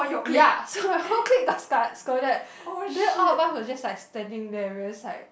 ya so my whole clique got sca~ scolded then all of us was just like standing there we're just like